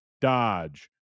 Dodge